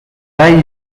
mij